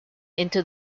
into